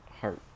heart